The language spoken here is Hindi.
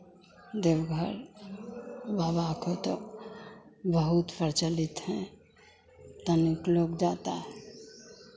देवघर बाबा को तो बहुत प्रचलित हैं धनिक लोग जाता है